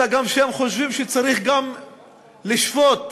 אלא שהם גם חושבים שצריך גם לשפוט את